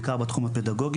בעיקר בתחום הפדגוגי.